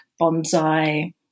bonsai